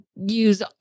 use